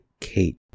Kate